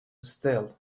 still